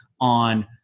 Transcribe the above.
on